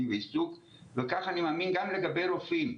בעיסוק וכך אני מאמין גם לגבי רופאים.